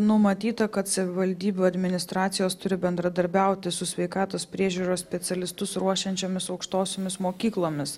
numatyta kad savivaldybių administracijos turi bendradarbiauti su sveikatos priežiūros specialistus ruošiančiomis aukštosiomis mokyklomis